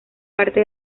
parte